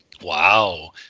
Wow